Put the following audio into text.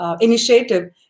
initiative